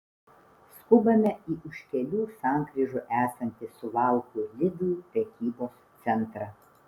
skubame į už kelių sankryžų esantį suvalkų lidl prekybos centrą